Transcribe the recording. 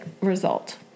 result